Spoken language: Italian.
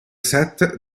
set